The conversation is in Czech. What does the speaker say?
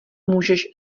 můžeš